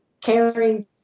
carrying